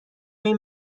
این